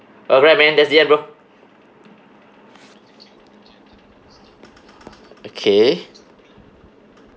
alright man that's the end bro okay